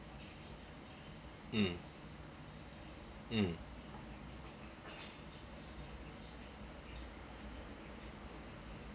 mm mm